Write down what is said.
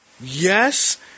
Yes